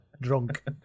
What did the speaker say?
drunk